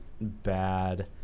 bad